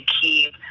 keep